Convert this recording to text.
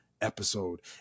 episode